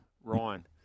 Ryan